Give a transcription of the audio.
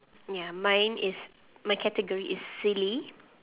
ya mine is my category is silly